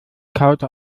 kaute